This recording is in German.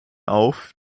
auf